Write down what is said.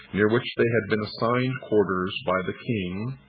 near which they had been assigned quarters by the king.